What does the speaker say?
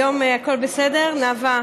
היום הכול בסדר, נאוה?